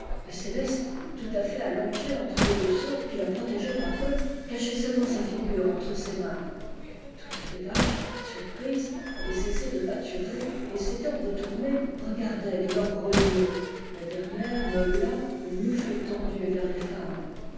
et céleste tout à fait allongée entre les deux seaux qui la protégeaient un peu cachait seulement sa figure entre ses mains toutes les vaches surprises avaient cessé de pâturer et s'étant retournées regardaient de leurs gros yeux la dernière meugla le mufle tendu vers les femmes